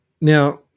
Now